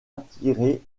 attirer